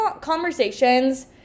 conversations